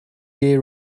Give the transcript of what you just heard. gay